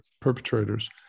perpetrators